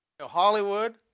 Hollywood